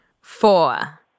Four